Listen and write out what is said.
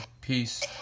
Peace